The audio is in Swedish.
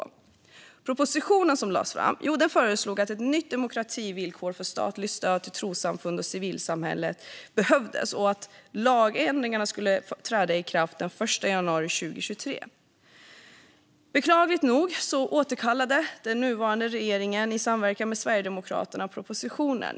I propositionen föreslogs ett nytt demokrativillkor för statligt stöd till trossamfund och civilsamhället, och lagändringarna föreslogs träda i kraft den 1 januari 2023. Beklagligt nog återkallade den nuvarande regeringen, i samverkan med Sverigedemokraterna, propositionen.